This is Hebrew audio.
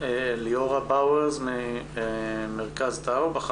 ליאורה בוורס ממרכז טאוב, בבקשה.